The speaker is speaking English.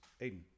aiden